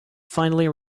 finally